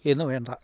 എന്നു വേണ്ട